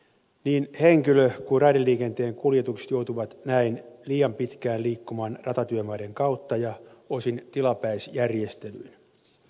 niin henkilö kuin raideliikenteen kuljetukset joutuvat näin liian pitkään liikkumaan ratatyömaiden kautta ja osin tilapäisjärjestelyin